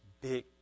big